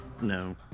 No